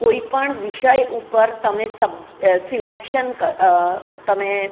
કોઈ પણ વિષય ઉપર તમે સબ્જે સિલેક્શન તમે